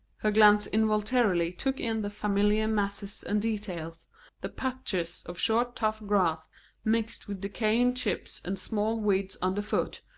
her glance involuntarily took in the familiar masses and details the patches of short tough grass mixed with decaying chips and small weeds underfoot,